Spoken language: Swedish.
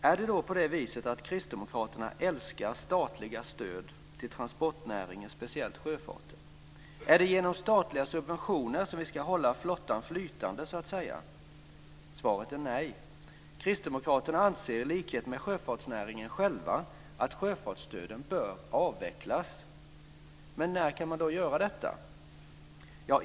Är det då på det viset att kristdemokraterna älskar statliga stöd till transportnäringen, speciellt sjöfarten? Är det genom statliga subventioner vi ska hålla flottan flytande, så att säga? Svaret är nej. Kristdemokraterna anser i likhet med sjöfartsnäringen själv att sjöfartsstöden bör avvecklas. Men när kan man göra detta?